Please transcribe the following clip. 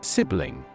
Sibling